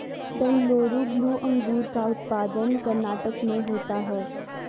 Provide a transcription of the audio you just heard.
Bengaluru blue अंगूर का उत्पादन कर्नाटक में होता है